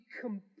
complete